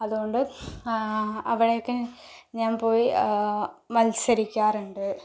അതുകൊണ്ട് അവിടെയൊക്കെ ഞാൻ പോയി മത്സരിക്കാറിണ്ട്